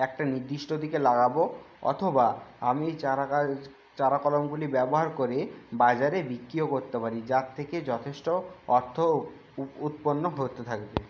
একটা নির্দিষ্ট দিকে লাগাবো অথবা আমি ওই চারা গাছ চারা কলমগুলি ব্যবহার করে বাজারে বিক্রিও করতে পারি যার থেকে যথেষ্ট অর্থও উৎপন্ন হতে থাকবে